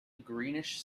greenish